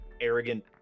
arrogant